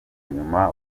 nyuma